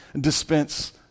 dispense